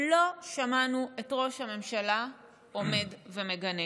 לא שמענו את ראש הממשלה עומד ומגנה.